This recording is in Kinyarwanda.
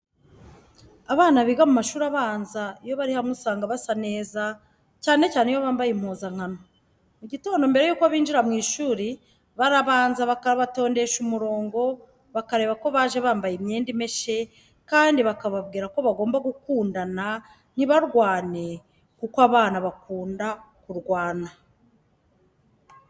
Abana biga mu mashuri abanza iyo bari hamwe usanga basa neza, cyane cyane iyo bambaye impuzankano. Mu gitondo mbere yuko binjira mu ishuri barabanza bakabatondesha umurongo bakareba ko baje bambaye imyenda imeshe kandi bakababwira ko bagomba gukundana ntibarwane kuko abana bakunda kurwana.